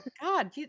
God